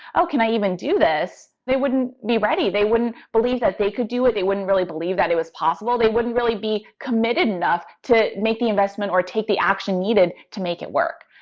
oh, can i even do this? they wouldn't be ready. they wouldn't believe that they could do it, they wouldn't really believe that it was possible, they wouldn't really be committed enough to make the investment or take the action needed to make it work.